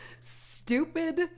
stupid